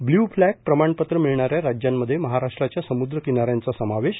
blue flag प्रमाणपत्र मिळणाऱ्या राज्यांमध्ये महाराष्ट्राच्या समुद्रकिनाऱ्यांचा समावेश